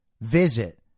visit